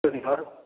சரிங்கம்மா